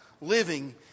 living